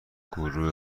گروه